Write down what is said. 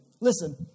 Listen